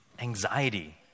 anxiety